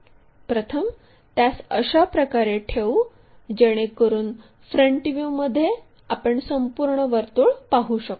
प्रथम त्यास अशा प्रकारे ठेवू जेणेकरून फ्रंट व्ह्यूमध्ये आपण संपूर्ण वर्तुळ पाहू शकतो